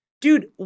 Dude